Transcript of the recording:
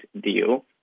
deal